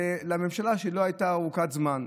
לממשלה שהיא לא ארוכת זמן.